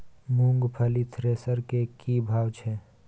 मूंगफली थ्रेसर के की भाव छै?